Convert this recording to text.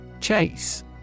Chase